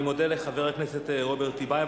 אני מודה לחבר הכנסת רוברט טיבייב.